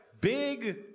Big